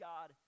God